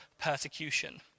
persecution